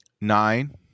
Nine